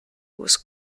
was